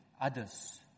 others